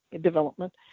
development